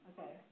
Okay